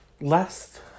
last